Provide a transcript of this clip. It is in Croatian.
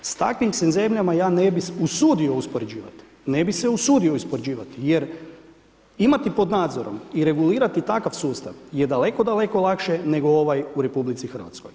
S takvim se zemljama ja ne bih usudio uspoređivati, ne bi se usudio uspoređivati jer imati pod nadzorom i regulirati takav sustav je daleko, daleko lakše nego ovaj u RH.